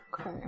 Okay